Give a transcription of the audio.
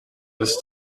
this